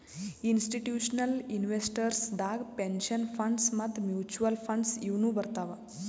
institutional investors ದಾಗ್ pension funds ಮತ್ತ್ mutual funds ಇವ್ನು ಬರ್ತವ್